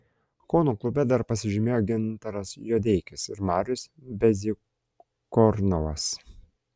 kauno klube dar pasižymėjo gintaras juodeikis ir marius bezykornovas